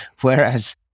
whereas